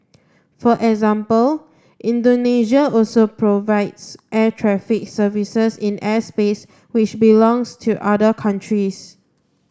for example Indonesia also provides air traffic services in airspace which belongs to other countries